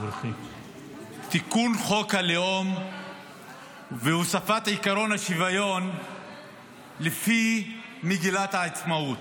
תיקון חוק הלאום והוספת עקרון השוויון לפי מגילת העצמאות.